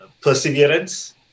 perseverance